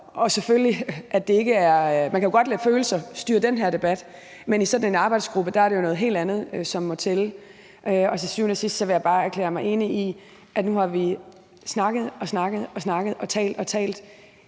og på faglighed og på viden. Man kan jo godt lade følelserne styre den her debat, men i sådan en arbejdsgruppe er det noget helt andet, som må tælle, og til syvende og sidst vil jeg bare erklære mig enig i, at nu har vi snakket og snakket og talt og talt